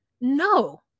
no